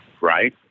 Right